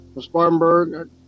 Spartanburg